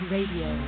Radio